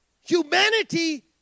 Humanity